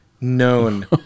known